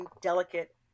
delicate